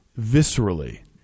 viscerally